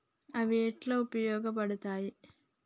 అవి ఎట్లా ఉపయోగ పడతాయి?